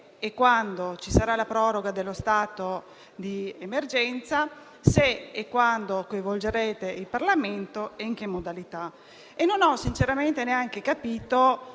e quando ci sarà la proroga dello stato di emergenza, se e quando coinvolgerete il Parlamento e in che modalità. Non ho sinceramente neanche capito